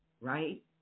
right